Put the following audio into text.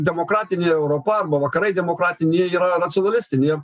demokratinė europa arba vakarai demokratiniai jie yra racionalistiniai